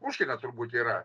puškino turbūt yra